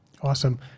Awesome